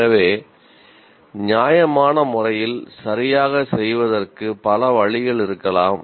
எனவே நியாயமான முறையில் சரியாகச் செய்வதற்கு பல வழிகள் இருக்கலாம்